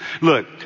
Look